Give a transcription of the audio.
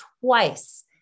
twice